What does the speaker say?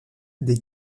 des